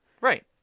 Right